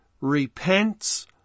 repents